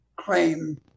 claim